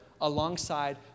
alongside